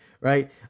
right